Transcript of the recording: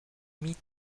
meat